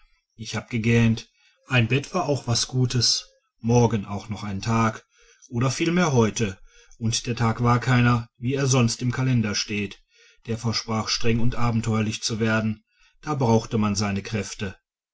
ich hab gegähnt ein bett war auch was gutes morgen war auch noch ein tag oder vielmehr heute und der tag war keiner wie er sonst im kalender steht der versprach streng und abenteuerlich zu werden da brauchte man seine kräfte